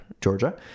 georgia